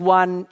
one